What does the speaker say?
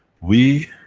we